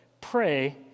Pray